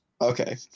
Okay